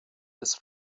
des